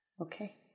Okay